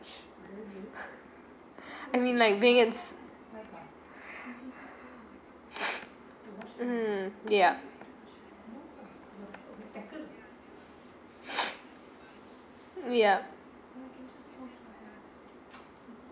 I mean like being hmm yup yup